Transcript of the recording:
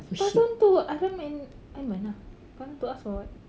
pass down to adam and aiman lah pass down to us for [what]